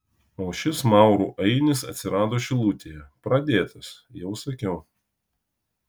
o šis maurų ainis atsirado šilutėje pradėtas jau sakiau